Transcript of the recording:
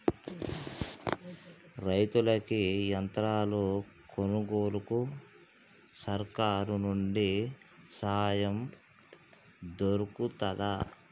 రైతులకి యంత్రాలు కొనుగోలుకు సర్కారు నుండి సాయం దొరుకుతదా?